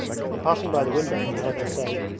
and passing by the window he heard her say,